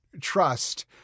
Trust